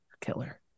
killer